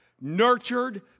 nurtured